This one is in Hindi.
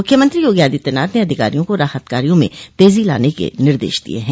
मुख्यमंत्री योगी आदित्यनाथ ने अधिकारियों को राहत कार्यों में तेजी लाने के निर्देश दिये हैं